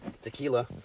Tequila